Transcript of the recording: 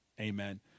Amen